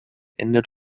endet